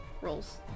rolls